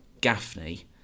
Gaffney